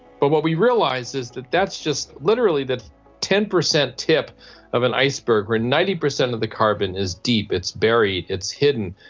but what we realised is that that's just literally the ten percent tip of an iceberg where ninety percent of the carbon is deep, it's buried, it's hidden,